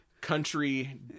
country